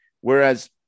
whereas